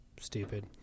stupid